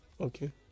Okay